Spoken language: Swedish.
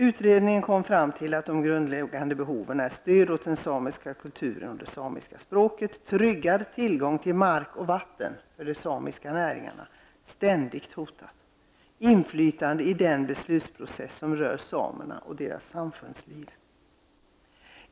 Utredningen kom fram till att de grundläggande behoven är stöd åt den samiska kulturen och det samiska språket, tryggad tillgång till mark och vatten för de samiska näringarna, som ständigt är hotad, inflytande i den beslutsprocess som rör samerna och deras samfundsliv.